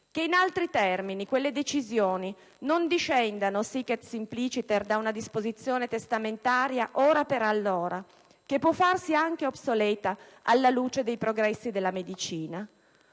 che, in altri termini, quelle decisioni non discendano *sic et sempliciter* da una disposizione testamentaria ora per allora, che può farsi anche obsoleta alla luce dei progressi della medicina.